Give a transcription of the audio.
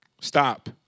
stop